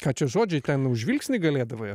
ką čia žodžiai ten už žvilgsnį galėdavai